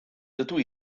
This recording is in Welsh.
dydw